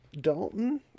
Dalton